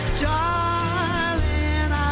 darling